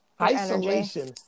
isolation